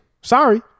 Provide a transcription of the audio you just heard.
Sorry